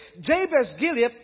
Jabez-Gilead